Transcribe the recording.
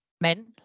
men